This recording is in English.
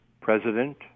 president